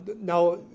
Now